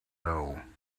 doe